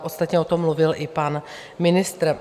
Ostatně o tom mluvil i pan ministr.